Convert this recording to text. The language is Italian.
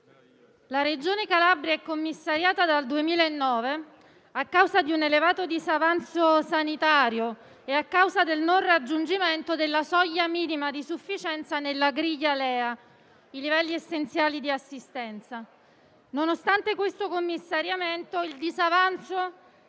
la Regione Calabria è commissariata dal 2009 a causa di un elevato disavanzo sanitario e del mancato raggiungimento della soglia minima di sufficienza nella griglia dei livelli essenziali di assistenza (LEA). Nonostante questo commissariamento, il disavanzo